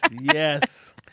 yes